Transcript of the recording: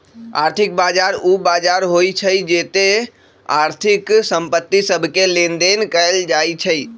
आर्थिक बजार उ बजार होइ छइ जेत्ते आर्थिक संपत्ति सभके लेनदेन कएल जाइ छइ